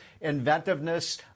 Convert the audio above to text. inventiveness